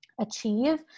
achieve